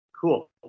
Cool